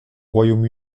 royaume